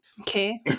Okay